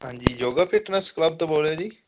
ਹਾਂਜੀ Joga fitness club ਤੋਂ ਬੋਲ ਰਹੇ ਜੀ